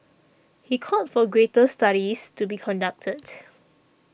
he called for greater studies to be conducted